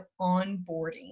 onboarding